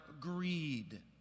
greed